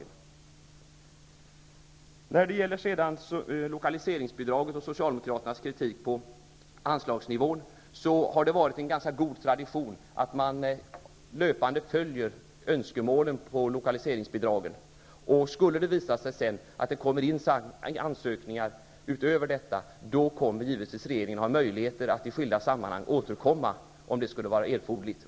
När det gäller lokaliseringsbidraget och Socialdemokraternas kritik mot anslagsnivån vill jag framhålla att det har varit en god tradition att löpande följa önskemålen om lokaliseringsbidrag. Om det sedan skulle visa sig att det kommer in ansökningar därutöver, kommer regeringen naturligtvis att ha möjlighet att i skilda sammanhang återkomma om det skulle visa sig erforderligt.